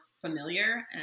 familiar